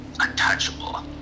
untouchable